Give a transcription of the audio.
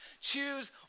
Choose